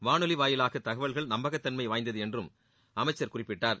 வானொலி வாயிலான தகவல்கள் நம்பகத் தன்மை வாய்ந்தது என்றும் அமைச்சர் குறிப்பிட்டார்